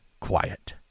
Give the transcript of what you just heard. quiet